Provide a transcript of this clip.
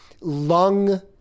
Lung